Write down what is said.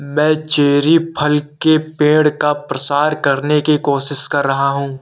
मैं चेरी फल के पेड़ का प्रसार करने की कोशिश कर रहा हूं